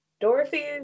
Dorothy